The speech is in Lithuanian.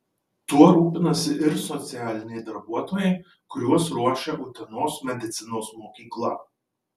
tuo rūpinasi ir socialiniai darbuotojai kuriuos ruošia utenos medicinos mokykla